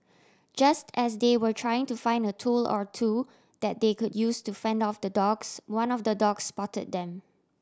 just as they were trying to find a tool or two that they could use to fend off the dogs one of the dogs spot them